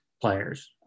players